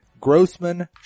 grossman